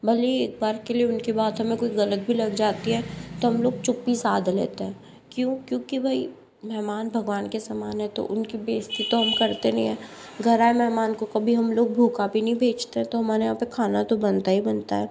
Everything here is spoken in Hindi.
भले ही एक बार के लिए उनकी बातों में कोई गलत भी लग जाती है तो हम लोग चुप्पी साध लेते हैं क्यों क्योंकि भई मेहमान भगवान के समान है तो उनकी बेज्जती तो हम करते नहीं हैं घर आये मेहमान को कभी हम लोग भूखा भी नहीं भेजते तो हमारे यहाँ पे खाना तो बनता ही बनता है